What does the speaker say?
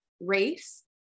race